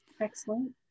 Excellent